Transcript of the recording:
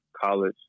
college